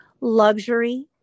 luxury